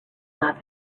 love